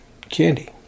Candy